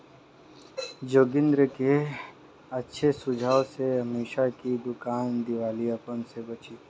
जोगिंदर के अच्छे सुझाव से अमीषा की दुकान दिवालियापन से बची